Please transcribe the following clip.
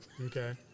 Okay